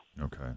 Okay